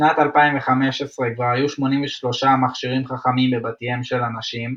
בשנת 2015 כבר היו 83 מיליון מכשירים חכמים בבתיהם של אנשים.